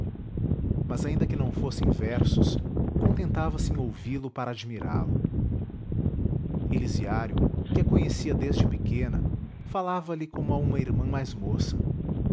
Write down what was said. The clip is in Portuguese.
mas ainda que não fossem versos contentava-se em ouvi-lo para admirá lo elisiário que a conhecia desde pequena falava-lhe como a uma irmã mais moça